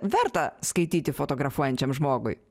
verta skaityti fotografuojančiam žmogui